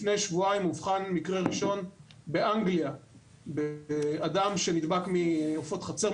לפני שבועיים אובחן מקרה ראשון באנגליה באדם שנדבק מעופות חצר,